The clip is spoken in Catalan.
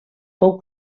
fou